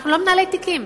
אנחנו לא מנהלי תיקים.